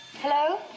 Hello